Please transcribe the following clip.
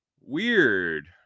Weird